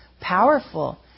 Powerful